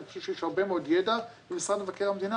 אני חושב שיש הרבה מאוד ידע במשרד מבקר המדינה.